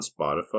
spotify